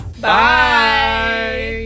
Bye